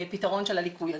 בפתרון של הליקוי הזה.